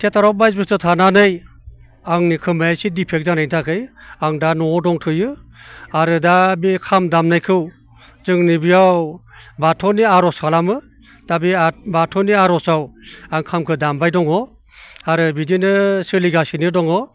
थियाटाराव बाय्स बोसोर थानानै आंनि खोमाया एसे डिफेक्ट जानायनि थाखाय आं दा न'आव दंथ'यो आरो दा बे खाम दामनायखौ जोंनि बियाव बाथौनि आर'ज खालामो दा बे बाथौनि आर'जआव आं खामखौ दामबाय दङ आरो बिदिनो सोलिगासिनो दङ